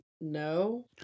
No